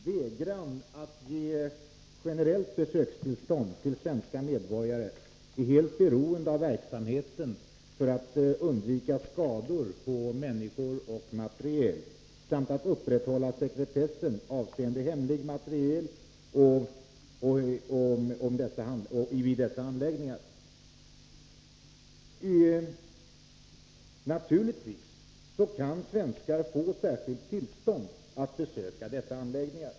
Herr talman! Vägran att ge generellt besökstillstånd till svenska medborgare är helt beroende av verksamheten, för att man skall kunna undvika skador på människor och materiel samt upprätthålla sekretessen avseende hemlig materiel. Naturligtvis kan svenskar få särskilt tillstånd att besöka dessa anläggningar.